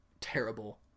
terrible